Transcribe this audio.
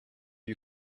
you